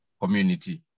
community